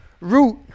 Root